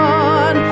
on